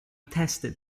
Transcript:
tested